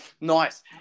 Nice